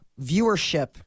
viewership